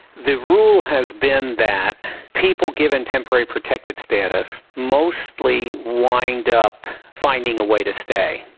the rule has been that people given temporary protective status mostly wind up finding a way to stay,